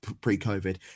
pre-COVID